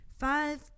Five